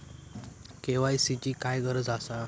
KYC ची काय गरज आसा?